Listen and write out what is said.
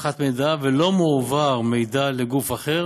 אבטחת מידע, ולא מועבר מידע לגוף אחר